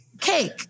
Cake